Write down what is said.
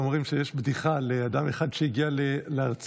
אומרים שיש בדיחה על אדם אחד שהגיע להרצות,